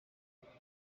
همزمان